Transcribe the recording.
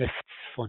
מצטנף צפוני,